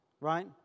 Right